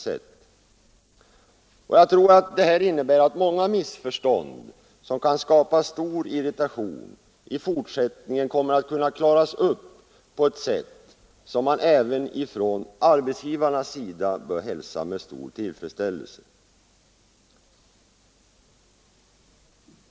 Jag tror att den här reformen innebär att många missförstånd, som kan skapa stor irritation, i fortsättningen kommer att kunna klaras upp på ett bättre sätt, och det bör även arbetsgivarna kunna hälsa med stor tillfredsställelse.